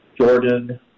Jordan